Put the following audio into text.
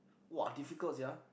!wah! difficult sia